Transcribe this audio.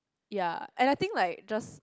ya and I think like just